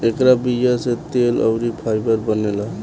एकरा बीया से तेल अउरी फाइबर बनेला